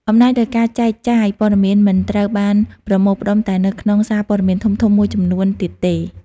អំណាចលើការចែកចាយព័ត៌មានមិនត្រូវបានប្រមូលផ្តុំតែនៅក្នុងសារព័ត៌មានធំៗមួយចំនួនទៀតទេ។